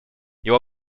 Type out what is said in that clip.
его